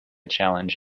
challenge